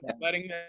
letting